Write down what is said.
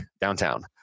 downtown